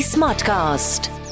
Smartcast